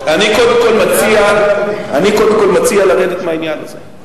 אני קודם כול מציע לרדת מהעניין הזה,